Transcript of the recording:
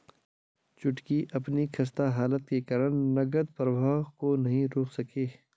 छुटकी अपनी खस्ता हालत के कारण नगद प्रवाह को नहीं रोक सके